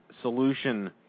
solution